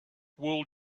wool